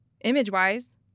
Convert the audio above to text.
image-wise